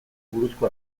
buruzko